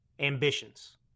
ambitions